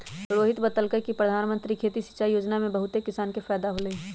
रोहित बतलकई कि परधानमंत्री खेती सिंचाई योजना से बहुते किसान के फायदा होलई ह